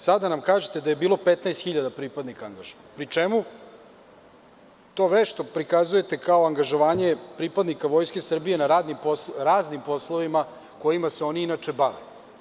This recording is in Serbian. Sada nam kažete da je bilo 15.000 pripadnika angažovano, pri čemu to vešto prikazujete kao angažovanje pripadnika Vojske Srbije na raznim poslovima, kojima se oni inače bave.